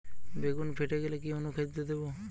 বেগুন ফেটে গেলে কি অনুখাদ্য দেবো?